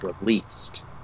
released